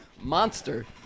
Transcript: monster